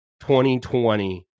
2020